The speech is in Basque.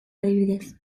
adibidez